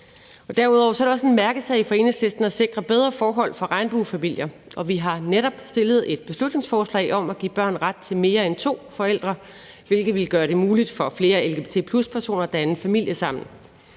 Derudover er det også en mærkesag for Enhedslisten at sikre bedre forhold for regnbuefamilier, og vi har netop fremsat et beslutningsforslag om at give børn ret til mere end to forældre, hvilket vil gøre det muligt for flere lgbt+-personer at danne familie sammen.